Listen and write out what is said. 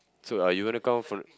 so are you gonna count